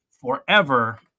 forever